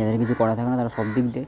যাদের কিছু করার থাকে না তারা সব দিক দিয়ে